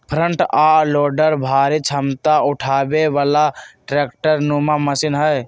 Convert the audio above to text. front आ loader भारी क्षमता उठाबे बला ट्रैक्टर नुमा मशीन हई